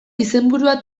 izenburua